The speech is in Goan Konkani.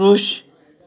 दृश्य